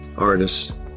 Artists